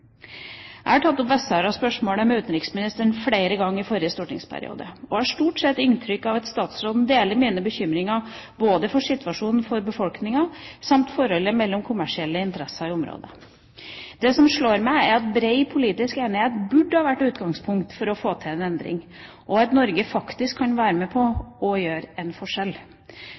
opp Vest-Sahara-spørsmålet med utenriksministeren flere ganger i forrige stortingsperiode og har stort sett fått inntrykk av at han deler mine bekymringer både for situasjonen for befolkningen samt for forholdet mellom kommersielle interesser i området. Det som slår meg, er at bred politisk enighet burde være utgangspunkt for å få til en endring, og at Norge faktisk kan være med på «å gjøre en forskjell»,